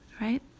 right